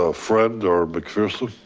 ah friend or mcpherson.